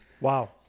Wow